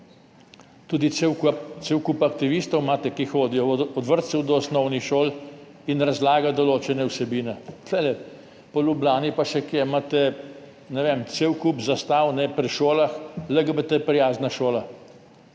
tudi cel kup aktivistov, ki hodijo od vrtcev do osnovnih šol in razlagajo določene vsebine. Tu po Ljubljani, pa še kje, imate cel kup zastav pri šolah, LGBT prijazna šola.